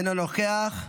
אינו נוכח.